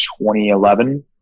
2011